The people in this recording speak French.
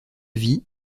vie